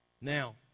Now